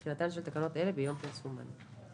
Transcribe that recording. תחילה 7. תחילתן של תקנות אלה ביום פרסומן."